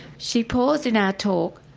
she paused in our talk,